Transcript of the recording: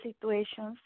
situations